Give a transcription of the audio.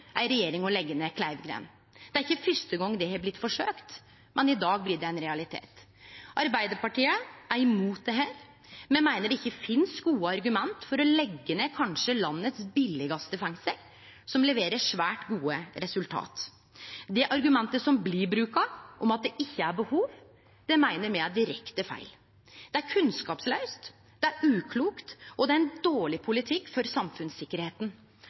ei regjering å leggje ned Kleivgrend. Det er ikkje fyrste gong det har blitt forsøkt, men i dag blir det ein realitet. Arbeidarpartiet er imot dette. Me meiner det ikkje finst gode argument for å leggje ned landets kanskje billegaste fengsel, som leverer svært gode resultat. Argumentet som blir brukt, om at det ikkje er behov, meiner me er direkte feil. Det er kunnskapslaust, det er uklokt, og det er ein dårleg politikk for samfunnssikkerheita.